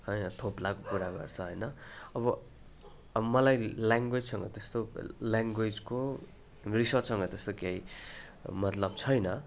है अब थोप्लाको कुरा गर्छ होइन अब अब मलाई ल्याङ्गवेजसँग त त्यस्तो ल्याङ्गवेजको रिसर्चसँग त्यस्तो केही मतलब छैन